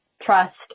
trust